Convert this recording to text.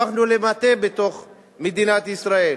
הפכנו למטה בתוך מדינת ישראל.